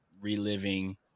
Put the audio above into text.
Reliving